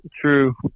True